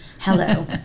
Hello